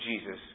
Jesus